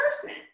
person